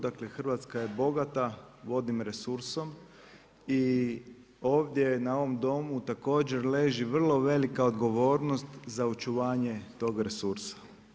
Dakle, Hrvatska je bogata vodnim resursom i ovdje na ovom Domu također leži vrlo velika odgovornost da očuvanje tog resursa.